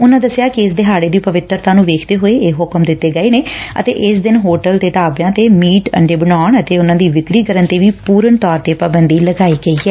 ਉਨਾਂ ਦਸਿਆ ਕਿ ਇਸ ਦਿਹਾੜੇ ਦੀ ਪਵਿੱਤਰਤਾ ਨੂੰ ਵੇਖਦੇ ਹੋਏ ਇਹ ਹੁਕਮ ਦਿੱਤੇ ਗਏ ਨੇ ਅਤੇ ਇਸ ਦਿਨ ਹੋਟਲ ਤੇ ਢਾਬਿਆਂ ਤੇ ਮੀਟ ਅੰਡੇ ਬਣਾਉਣ ਅਤੇ ਵਿਕਰੀ ਕਰਨ ਤੇ ਵੀ ਪੁਰਨ ਪਾਬੰਦੀ ਲਗਾਈ ਗਈ ਐ